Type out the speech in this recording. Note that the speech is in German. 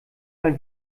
mal